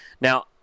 Now